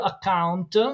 account